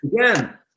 again